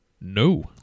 No